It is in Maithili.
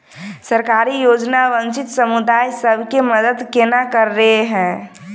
सरकारी योजना वंचित समुदाय सब केँ मदद केना करे है?